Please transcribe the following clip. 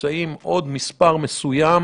נמצאים עוד מספר מסוים